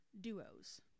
duos